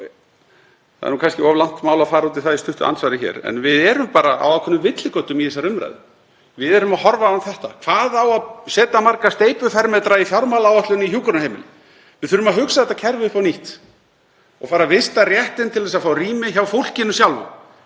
það er kannski of langt mál að fara út í það í stuttu andsvari, en við erum bara á ákveðnum villigötum í þessari umræðu. Við erum að horfa á þetta: Hvað á að setja marga steypufermetra í fjármálaáætlun í hjúkrunarheimili? Við þurfum að hugsa þetta kerfi upp á nýtt og fara að vista réttinn til að fá rými hjá fólkinu sjálfu,